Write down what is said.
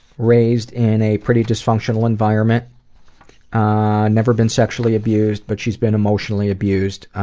raised in a pretty dysfunctional environment ah never been sexually abused, but she's been emotionally abused.